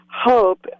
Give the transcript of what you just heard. hope